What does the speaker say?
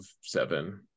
seven